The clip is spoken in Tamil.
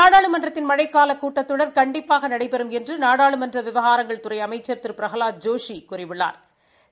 நாடாளுமன்றத்தின் மழைக்கால கூட்டத்தொடர் கண்டிப்பாக நடைபெறும் என்று நாடாளுமன்ற விவகாரங்கள் துறை அமைச்சா் திரு பிரகலாத் ஜோஷி கூறியுள்ளாா்